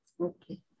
Okay